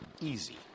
easy